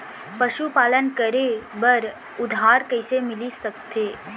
पशुपालन करे बर उधार कइसे मिलिस सकथे?